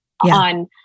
on